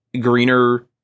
greener